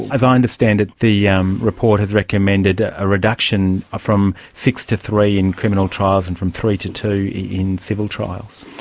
as i understand it, the yeah um report has recommended a reduction ah from six to three in criminal trials and from three to two in civil trials.